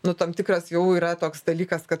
nu tam tikras jau yra toks dalykas kad